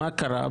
מה קרה?